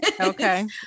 Okay